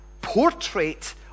portrait